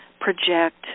Project